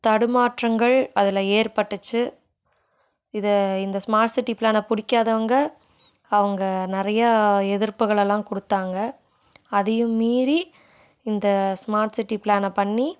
தடுமாற்றங்கள் அதில் ஏற்பட்டுச்சு இதை இந்த ஸ்மார்ட் சிட்டி பிளானை பிடிக்காதவுங்க அவங்க நிறையா எதிர்ப்புகள் எல்லாம் கொடுத்தாங்க அதையும் மீறி இந்த ஸ்மார்ட் சிட்டி பிளானை பண்ணி